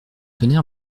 tenait